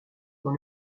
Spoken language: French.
dans